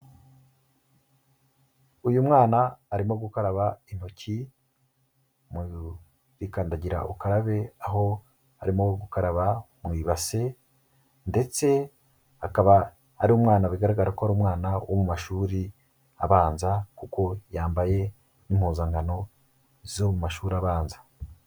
Uyu mwana arimo gukaraba intoki muri kandagira ukarabe, aho arimo gukaraba mu ibase ndetse akaba ari umwana bigaragara ko ari umwana wo mu mashuri abanza kuko yambaye impuzangano zo mu mashuri abanza.